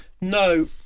No